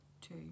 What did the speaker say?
two